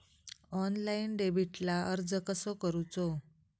Online डेबिटला अर्ज कसो करूचो?